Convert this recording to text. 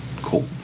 Cool